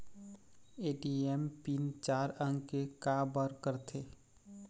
ATM PIN चार अंक के का बर करथे?